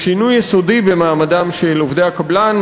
לשינוי יסודי במעמדם של עובדי הקבלן.